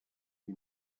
chi